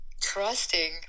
trusting